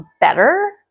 better